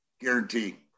guarantee